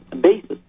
basis